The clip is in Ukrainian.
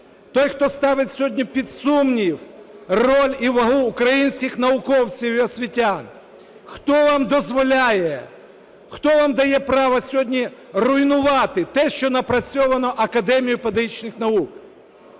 сьогодні ставить сьогодні під сумнів роль і вагу українських науковців і освітян. Хто вам дозволяє, хто вам дає право сьогодні руйнувати те, що напрацьовано Академією педагогічних наук?